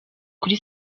kuri